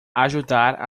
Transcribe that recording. ajudar